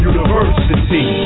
University